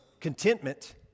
contentment